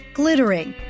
glittering